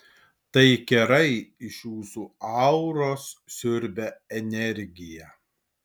tai kerai iš jūsų auros siurbia energiją